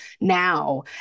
now